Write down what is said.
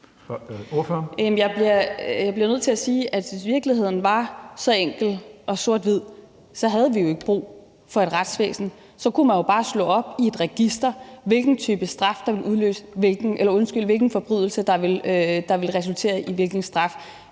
Jeg bliver nødt til at sige, at hvis virkeligheden var så enkel og sort-hvid, havde vi jo ikke brug for et retsvæsen. Så kunne man jo bare slå op i et register og se, hvilken forbrydelse der ville resultere i hvilken straf.